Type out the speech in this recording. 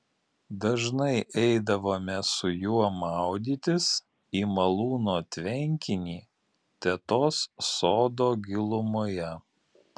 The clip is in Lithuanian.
dažnai eidavome su juo maudytis į malūno tvenkinį tetos sodo gilumoje